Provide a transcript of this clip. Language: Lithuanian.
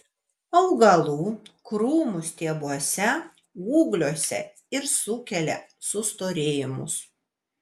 augalų krūmų stiebuose ūgliuose ir sukelia sustorėjimus